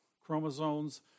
Chromosomes